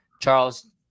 Charles